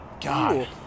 God